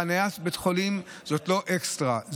חניה בבית חולים זה לא אקסטרה,